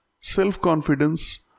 self-confidence